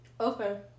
Okay